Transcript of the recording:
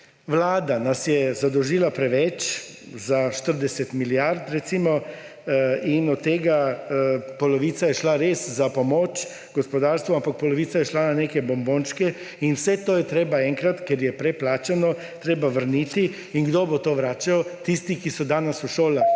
Vlada nas je zadolžila preveč, za 40 milijard recimo, in od tega polovica je šla res za pomoč gospodarstvu, ampak polovica je šla v neke bombončke in vse to je treba enkrat, ker je preplačano, vrniti. Kdo bo to vrača? Tisti, ki so danes v šolah!